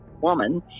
woman